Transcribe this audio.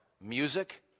music